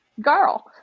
girl